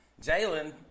Jalen